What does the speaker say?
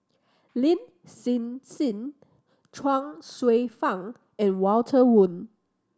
Lin Hsin Hsin Chuang Hsueh Fang and Walter Woon